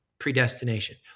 predestination